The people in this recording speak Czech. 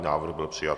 Návrh byl přijat.